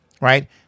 Right